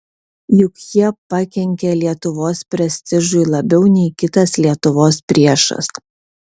juk jie pakenkė lietuvos prestižui labiau nei kitas lietuvos priešas